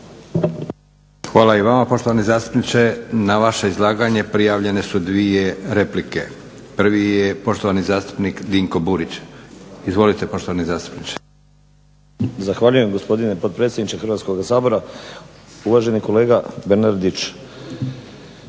Hvala i vama poštovani zastupniče. Na vaše izlaganje prijavljene su dvije replike. Prvi je poštovani zastupnik Dinko Burić. Izvolite poštovani zastupniče. **Burić, Dinko (HDSSB)** Zahvaljujem gospodine potpredsjedniče Hrvatskoga sabora. Uvaženi kolega Bernardić